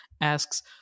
asks